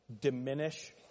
Diminish